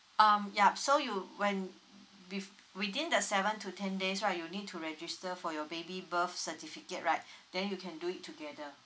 um yup so you when with~ within the seven to ten days right you need to register for your baby birth certificate right then you can do it together